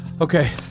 Okay